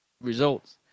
results